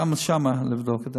גם שם לבדוק,